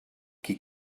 qui